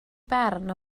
barn